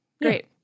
great